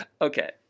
Okay